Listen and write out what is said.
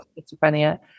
schizophrenia